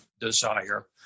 desire